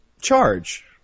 charge